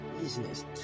business